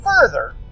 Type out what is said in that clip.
further